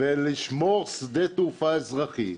ולשמור שדה תעופה אזרחי,